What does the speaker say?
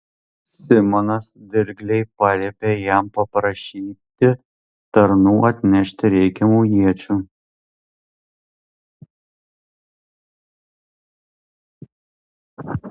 simonas dirgliai paliepė jam paprašyti tarnų atnešti reikiamų iečių